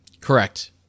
Correct